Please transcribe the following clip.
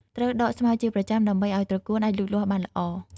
ត្រូវដកស្មៅជាប្រចាំដើម្បីឲ្យត្រកួនអាចលូតលាស់បានល្អ។